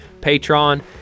patron